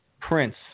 prince